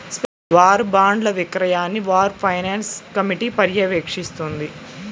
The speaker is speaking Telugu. వార్ బాండ్ల విక్రయాన్ని వార్ ఫైనాన్స్ కమిటీ పర్యవేక్షిస్తుంది